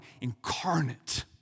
incarnate